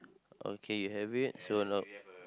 okay you have it so no